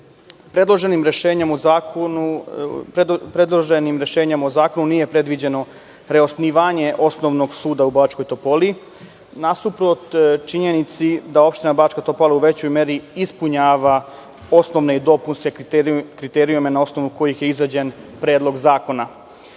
Iđoš. Predloženim rešenjem u zakonu nije predviđeno preosnivanje osnovnog suda u Bačkoj Topoli, nasuprot činjenici da opština Bačka Topola u većoj meri ispunjava osnovne i dopunske kriterijume na osnovu kojih je izrađen Predlog zakona. Pre